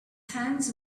hands